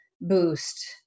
boost